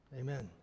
Amen